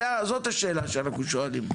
זאת השאלה שאנחנו שואלים.